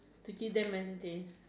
to give them entertain